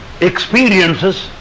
experiences